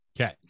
Okay